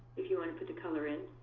if you want to put the color in.